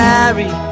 Mary